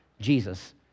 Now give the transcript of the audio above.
Jesus